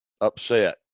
upset